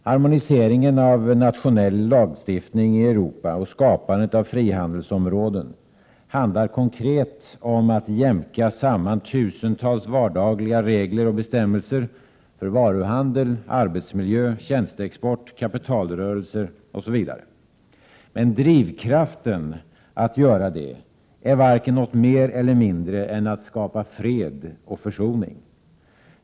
Harmoniseringen av nationell lagstiftning i Västeuropa och skapandet av frihandelsområden handlar konkret om att jämka samman tusentals vardagliga regler och bestämmelser för varuhandel, arbetsmiljö, tjänsteexport, kapitalrörelser osv. Men drivkraften att göra detta är varken något mer eller mindre än att skapa fred och försoning.